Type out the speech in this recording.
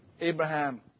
Abraham